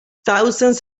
thousands